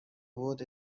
بود